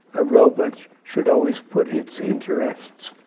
a robot should always put its interests